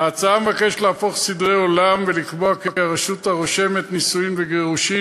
ההצעה מבקשת להפוך סדרי עולם ולקבוע כי הרשות הרושמת נישואים וגירושים,